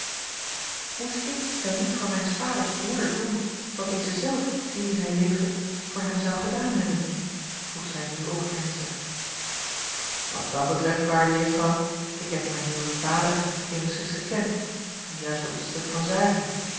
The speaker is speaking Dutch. moest ik dan niet voor mijns vaders broeder doen wat deze zelf indien hij leefde voor hem zou gedaan hebben vroeg zij nu ook ernstig wat dat betreft waarde juffrouw ik heb mijnheer uw vader eenigszins gekend en juist op het stuk van zaken